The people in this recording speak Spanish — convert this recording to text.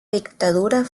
dictadura